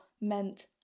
meant